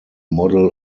model